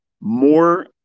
more